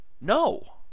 No